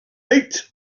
mate